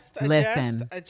listen